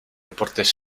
deportes